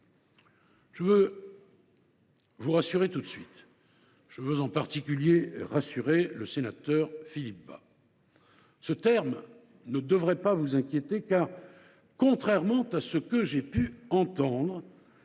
Je veux vous rassurer tout de suite – je le dis en particulier au sénateur Philippe Bas –: ce terme ne devrait pas vous inquiéter, car, contrairement à ce que j’ai pu entendre,